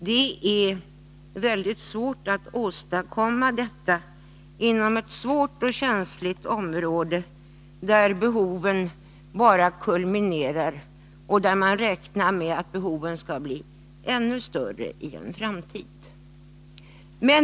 Det är väldigt svårt att åstadkomma en sådan nedskärning inom ett känsligt område, där behoven bara stegras och där man räknar med att denna utveckling fortsätter även i framtiden.